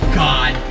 god